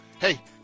Hey